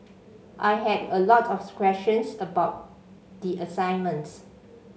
I had a lot of questions about the assignments